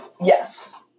Yes